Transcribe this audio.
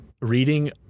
reading